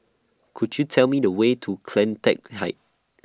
Could YOU Tell Me The Way to CleanTech Height